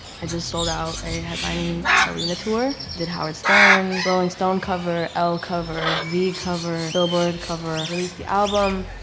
i just sold out a headlining arena tour. did howard stern, rolling stone cover, elle cover, v cover, billboard cover, released the album,